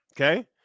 Okay